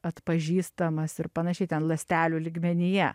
atpažįstamas ir panašiai ten ląstelių lygmenyje